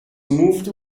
moved